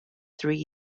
three